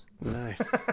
Nice